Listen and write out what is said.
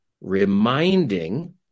reminding